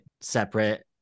separate